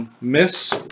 Miss